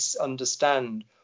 understand